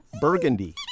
burgundy